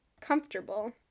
comfortable